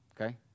okay